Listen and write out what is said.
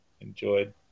enjoyed